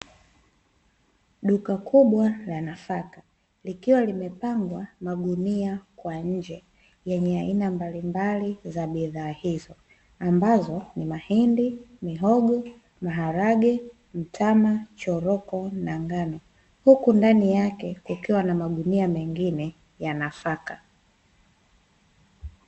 Duka kubwa la nafaka likiwa limepangwa magunia kwa nje, yenye aina mbalimbali za bidhaa hizo ambazo ni: mahindi, mihogo, maharage, mtama, choroko na ngano. Huku ndani yake kukiwa na magunia mengine ya nafaka.